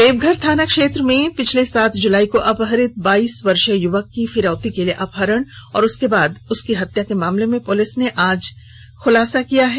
देवघर थाना क्षेत्र में पिछले सात जुलाई को अपहृत बाईस वर्षीय युवक की फिरौती के लिए अपहरण और उसके बाद हत्या के मामले का पुलिस ने आज खुलासा कर दिया है